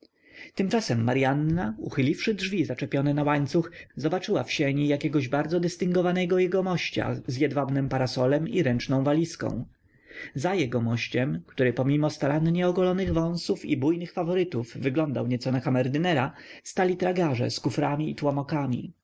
tymczasem maryanna uchyliwszy drzwi zaczepione na łańcuch zobaczyła w sieni jakiegoś bardzo dystyngowanego jegomościa z jedwabnym parasolem i ręczną walizką za jegomościem który pomimo starannie ogolonych wąsów i bujnych faworytów wyglądał nieco na kamerdynera stali tragarze z kuframi i tłomokami